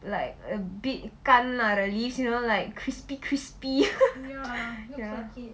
like a bit 干 lah the leaves you know like crispy crispy